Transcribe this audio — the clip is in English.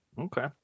Okay